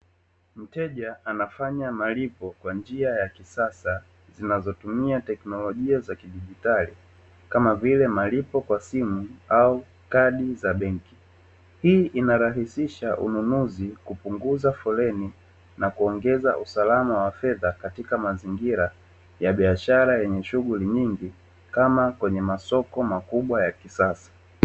Mteja anafanya malipo kwa njia za kisasa zinazotumia teknolojia za kidigitali kama vile malipo kwa simu au kadi za benki. Hii inamrahisishia mnunuzi kupunguza foleni na kuongeza usalama wa fedha katika mazingira ya biashara yenye shughuli nyingi, kama kwenye masoko makubwa ya kisasa.